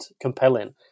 compelling